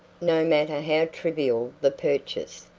no matter how trivial the purchase,